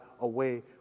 away